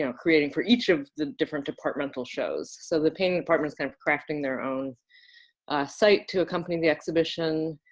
you know creating for each of the different departmental shows. so the painting department kind of crafting their own site to accompany the exhibition.